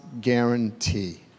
guarantee